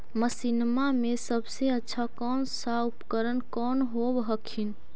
मसिनमा मे सबसे अच्छा कौन सा उपकरण कौन होब हखिन?